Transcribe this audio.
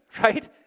right